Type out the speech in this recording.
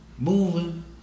Moving